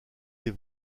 des